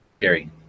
Gary